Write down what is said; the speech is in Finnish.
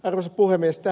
arvoisa puhemies